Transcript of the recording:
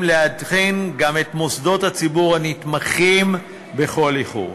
לעדכן גם את מוסדות הציבור הנתמכים בכל איחור.